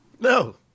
No